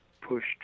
pushed